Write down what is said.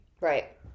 Right